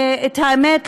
האמת,